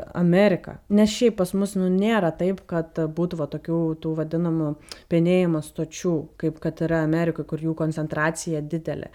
ameriką nes šiaip pas mus nu nėra taip kad būdavo tokių tų vadinamų penėjimo stočių kaip kad yra amerikoje kur jų koncentracija didelė